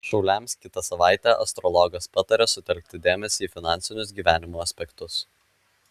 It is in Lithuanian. šauliams kitą savaitę astrologas pataria sutelkti dėmesį į finansinius gyvenimo aspektus